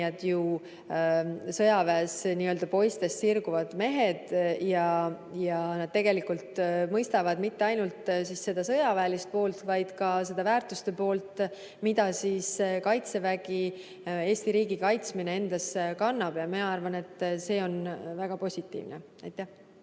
öeldakse, sõjaväes sirguvad poistest mehed – tegelikult mõistavad mitte ainult seda sõjaväelist poolt, vaid ka väärtuste poolt, mida kaitsevägi, Eesti riigi kaitsmine endas kannab. Ma arvan, et see on väga positiivne. Aitäh!